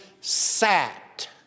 sat